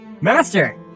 Master